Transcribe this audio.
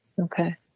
Okay